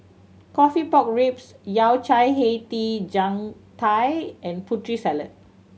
coffee pork ribs Yao Cai hei di jiang tai and Putri Salad